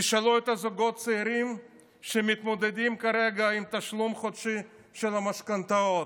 תשאלו את הזוגות הצעירים שמתמודדים כרגע עם תשלום חודשי של המשכנתאות.